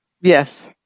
Yes